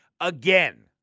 again